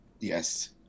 yes